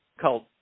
called